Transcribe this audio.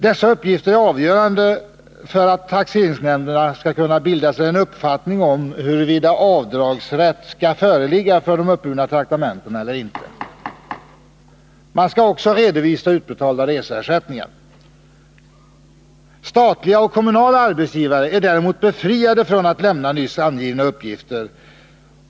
Dessa uppgifter är avgörande för att taxeringsnämnderna skall kunna bilda sig en uppfattning om huruvida avdragsrätt skall föreligga för de uppburna traktamentena eller inte. De privata arbetsgivarna skall också redovisa utbetalade reseersättningar. Statliga och kommunala arbetsgivare är däremot befriade från att lämna nyss angivna uppgifter.